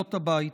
מסיעות הבית.